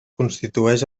constitueix